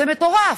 זה מטורף.